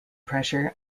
pressure